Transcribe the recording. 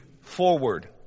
forward